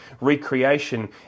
recreation